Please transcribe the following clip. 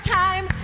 time